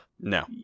No